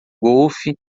golfe